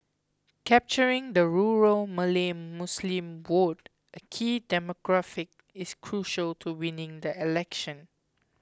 capturing the rural Malay Muslim vote a key demographic is crucial to winning the election